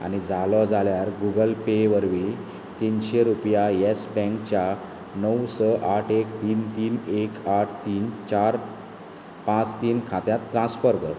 आनी जालो जाल्यार गुगल पे वरवी तीनशें रुपया येस बँकच्या णव स आठ एक तीन तीन एक आठ तीन चार पांच तीन खात्यांत ट्रान्सफर कर